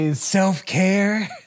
self-care